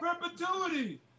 perpetuity